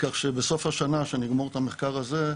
כך שבסוף השנה כשנגמור את המחקר הזה,